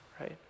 right